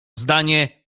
zdanie